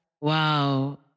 Wow